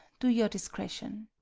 do your discretion.